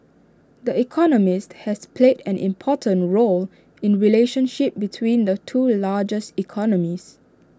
the economist has played an important role in relationship between the two largest economies